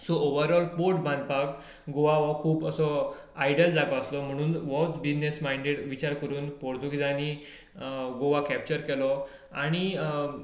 so overall port बांदपाक गोवा हो खूब असो आयडियल जागो आसलो म्हणून हो बिजनस मायंडेड विचार करून पोर्तुगेजांनी गोवा कॅप्चर केलो आनी